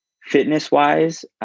Fitness-wise